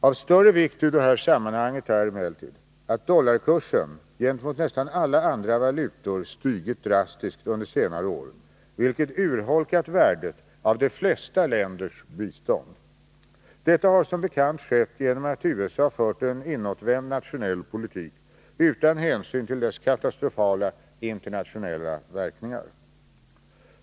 Av större vikt i det här sammanhanget är emellertid att dollarkursen gentemot nästan alla andra valutor stigit drastiskt under senare år, vilket urholkat värdet av de flesta länders bistånd. Detta har som bekant skett genom att USA fört en inåtvänd nationell politik utan hänsyn till dess katastrofala internationella verkningar.